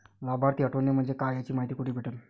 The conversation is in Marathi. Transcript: लाभार्थी हटोने म्हंजे काय याची मायती कुठी भेटन?